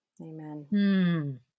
Amen